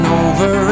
over